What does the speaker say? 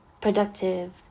productive